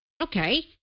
Okay